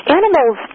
animals